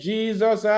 Jesus